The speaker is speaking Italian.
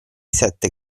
sette